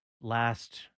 last